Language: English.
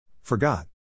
Forgot